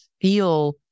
feel